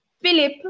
Philip